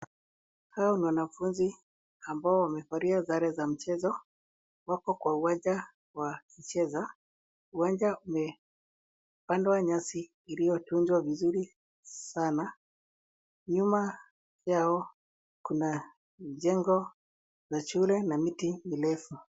Hawa ni wanafunzi ambao wamevalia sare za mchezo. Wako kwa uwanja wa kucheza. Uwanja umepandwa nyasi iliyotunzwa vizuri sana. Nyuma yao kuna jengo la shule na miti mirefu.